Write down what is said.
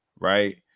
right